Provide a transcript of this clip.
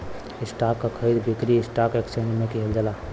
stock क खरीद बिक्री स्टॉक एक्सचेंज में किहल जाला